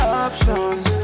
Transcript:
options